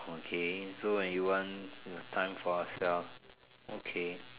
okay so when you want the time for yourself okay